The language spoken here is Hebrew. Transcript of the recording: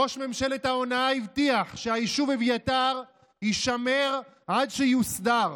ראש ממשלת ההונאה הבטיח שהיישוב אביתר יישמר עד שיוסדר,